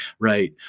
right